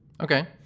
Okay